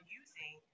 using